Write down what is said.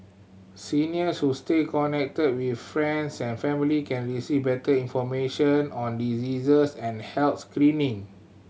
seniors who stay connected with friends and family can receive better information on diseases and health screening